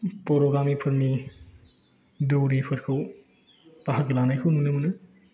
बर' गामिफोरनि दौफोरखौ बाहागो लानायखौ नुनो मोनो